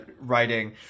writing